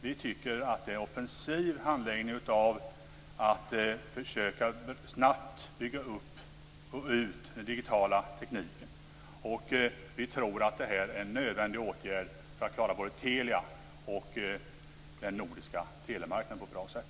Vi tycker att det är en offensiv handläggning av att snabbt försöka bygga ut den digitala tekniken, och vi tror att detta är en nödvändig åtgärd för att klara både Telia och den nordiska telemarknaden på ett bra sätt.